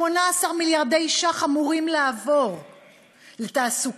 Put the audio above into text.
18 מיליארדי ש"ח אמורים לעבור לתעסוקה,